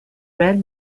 red